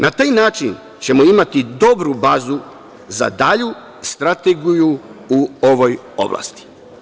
Na taj način ćemo imati dobru bazu za dalju strategiju u ovoj oblasti.